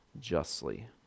Justly